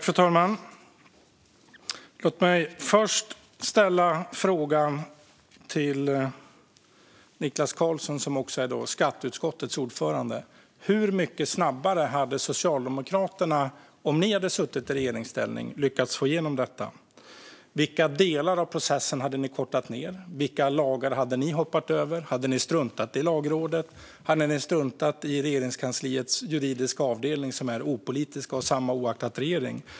Fru talman! Låt mig först fråga Niklas Karlsson, som också är skatteutskottets ordförande: Hur mycket snabbare hade Socialdemokraterna, om ni hade suttit i regeringsställning, lyckats få igenom detta? Vilka delar av processen hade ni kortat ned? Vilka lagar hade ni hoppat över? Hade ni struntat i Lagrådet? Hade ni struntat i Regeringskansliets juridiska avdelning, som är opolitisk och densamma oavsett regering?